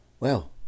Well